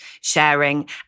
sharing